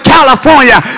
California